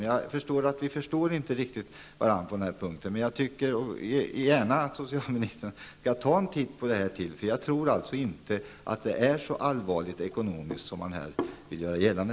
Jag inser att vi på denna punkt inte riktigt förstår varandra. Socialministern kan gärna ta sig ännu en titt på detta. Jag tror inte att de ekonomiska följderna blir så allvarliga som socialministern här vill göra gällande.